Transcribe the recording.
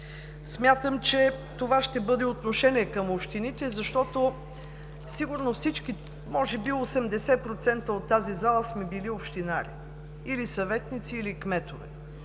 Смятам, че това ще бъде отношение към общините, защото сигурно всички, може би 80% от тази зала, сме били общинари, или съветници, или кметове.